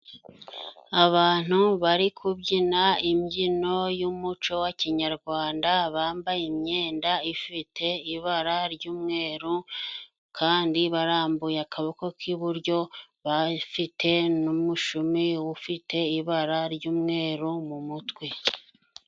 Abantu bari kubyina imbyino y'umuco wa kinyarwanda, bambaye imyenda ifite ibara ry'umweru, kandi barambuye akaboko k'iburyo, bafite n'umushumi ufite ibara ry'umweru mu mutwe.